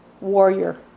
warrior